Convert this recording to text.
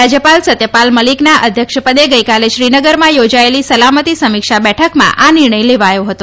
રાજ્યપાલ સત્યપાલ મલિકના અધ્યક્ષપદે ગઈકાલે શ્રીનગરમાં યોજાયેલી સલામતી સમીક્ષા બેઠકમાં આ નિર્ણય લેવાયો હતો